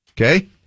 Okay